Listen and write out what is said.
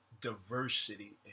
diversity